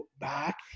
back